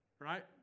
right